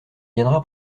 viendra